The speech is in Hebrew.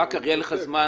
אחר כך יהיה לך זמן.